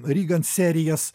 rygan serijas